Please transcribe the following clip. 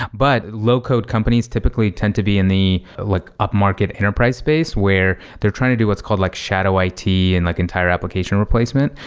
but low code companies typically tend to be in the like upmarket enterprise space where they're trying to do what's called like shadow it and like entire application replacement,